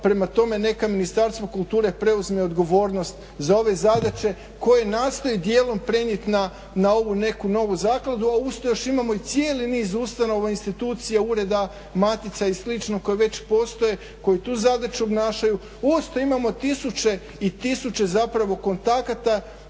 Prema tome, neka Ministarstvo kulture preuzme odgovornost za ove zadaće koje nastoji dijelom prenijet na ovu neku novu zakladu, a uz to još imamo i cijeli niz ustanova, institucija, ureda, matica i slično koji već postoje, koji tu zadaću obnašaju. Uz to imamo tisuće i tisuće zapravo kontakata